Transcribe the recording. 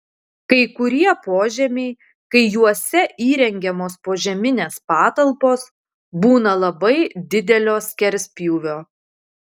kai kurie požemiai kai juose įrengiamos požeminės patalpos būna labai didelio skerspjūvio